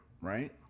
Right